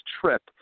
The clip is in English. trip